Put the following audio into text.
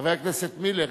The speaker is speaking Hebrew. חבר הכנסת מילר,